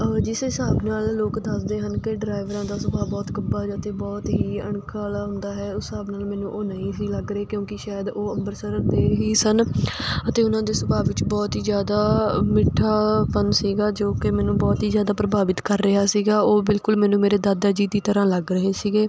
ਜਿਸ ਹਿਸਾਬ ਨਾਲ ਲੋਕ ਦੱਸਦੇ ਹਨ ਕਿ ਡਰਾਈਵਰਾਂ ਦਾ ਸੁਭਾਅ ਬਹੁਤ ਕੱਬਾ ਅਤੇ ਬਹੁਤ ਹੀ ਅਣਖ ਵਾਲਾ ਹੁੰਦਾ ਹੈ ਉਸ ਹਿਸਾਬ ਨਾਲ ਮੈਨੂੰ ਉਹ ਨਹੀਂ ਸੀ ਲੱਗ ਰਹੇ ਕਿਉਂਕਿ ਸ਼ਾਇਦ ਉਹ ਅੰਮ੍ਰਿਤਸਰ ਦੇ ਹੀ ਸਨ ਅਤੇ ਉਹਨਾਂ ਦੇ ਸੁਭਾਅ ਵਿੱਚ ਬਹੁਤ ਹੀ ਜਿਆਦਾ ਮਿੱਠਾਪਨ ਸੀਗਾ ਜੋ ਕਿ ਮੈਨੂੰ ਬਹੁਤ ਹੀ ਜ਼ਿਆਦਾ ਪ੍ਰਭਾਵਿਤ ਕਰ ਰਿਹਾ ਸੀਗਾ ਉਹ ਬਿਲਕੁਲ ਮੈਨੂੰ ਮੇਰੇ ਦਾਦਾ ਜੀ ਦੀ ਤਰ੍ਹਾਂ ਲੱਗ ਰਹੇ ਸੀਗੇ